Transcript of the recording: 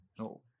No